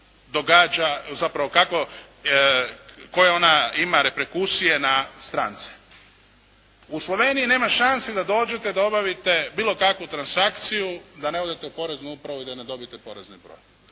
ona ima reperkusije na strance. U Sloveniji nema šanse da dođete i da obavite bilo kakvu transakciju da ne odete u Poreznu upravu i da ne dobijete porezni broj.